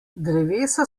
drevesa